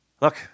Look